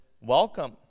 welcome